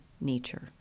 nature